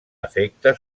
efecte